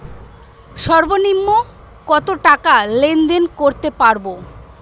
সর্বনিম্ন কত টাকা লেনদেন করতে পারবো?